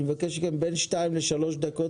אני מבקש לדבר בין 2 ל-3 דקות,